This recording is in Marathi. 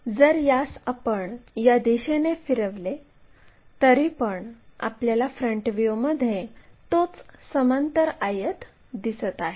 जर यास आपण या दिशेने फिरवले तरीपण आपल्याला फ्रंट व्ह्यूमध्ये तोच समांतर आयत दिसत आहे